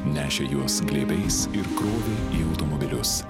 nešė juos glėbiais ir krovė į automobilius